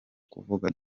kuvuga